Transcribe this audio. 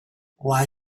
why